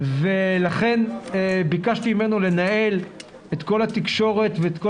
ולכן ביקשתי ממנו לנהל את כל התקשורת ואת כל